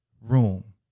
room